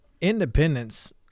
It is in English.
Independence